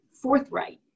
forthright